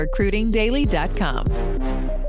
recruitingdaily.com